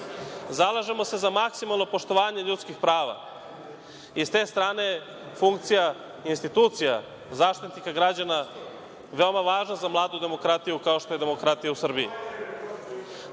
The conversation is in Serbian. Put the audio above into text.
Zalažemo se za maksimalno poštovanje ljudskih prava, i sa te strane funkcija institucija Zaštitnika građana veoma je važna demokratiju, kao što je demokratija u Srbiji.